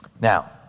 Now